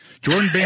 Jordan